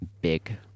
big